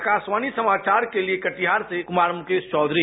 आकाशवाणी समाचर के लिए कटिहार से मुकेश चौधरी